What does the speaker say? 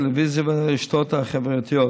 הטלוויזיה והרשתות החברתיות.